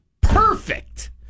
perfect